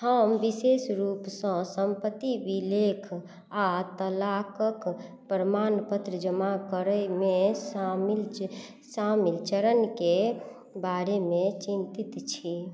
हम विशेष रूपसँ सम्पति अभिलेख आओर तलाकके प्रमाणपत्र जमा करैमे शामिल शामिल चरणके बारेमे चिन्तित छी